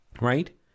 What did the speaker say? right